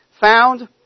found